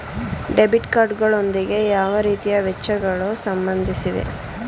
Debit card ಗಳೊಂದಿಗೆ ಯಾವ ರೀತಿಯ ವೆಚ್ಚಗಳು ಸಂಬಂಧಿಸಿವೆ?